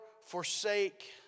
forsake